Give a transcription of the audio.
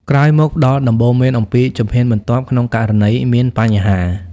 ក្រោយមក ផ្តល់ដំបូន្មានអំពីជំហានបន្ទាប់ក្នុងករណីមានបញ្ហា។